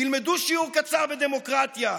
ילמדו שיעור קצר בדמוקרטיה: